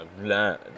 learn